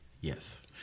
Yes